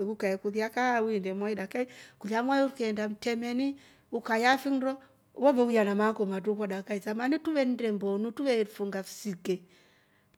ukae kulya kaa uiinde mwai dakika yii kulya mwai ukeenda mtremeni ukayaa finndo we ve huya na maako matruuhu, samani truveendre mboma truvefunga ksike